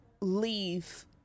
leave